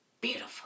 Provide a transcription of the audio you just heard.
Beautiful